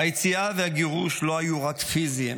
היציאה והגירוש לא היו רק פיזיים,